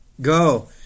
Go